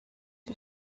are